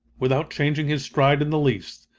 without changing his stride in the least,